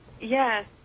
yes